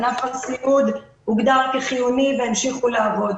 ענף הסיעוד הוגדר כחיוני והמשיכו לעבוד.